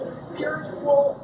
spiritual